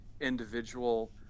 individual